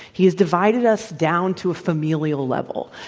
he has divided us down to a familial level.